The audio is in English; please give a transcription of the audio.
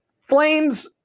Flames